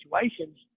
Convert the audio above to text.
situations